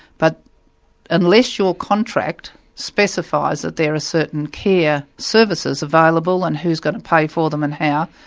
but unless your contract specifies that there are certain care services available, and who's going to pay for them, and how,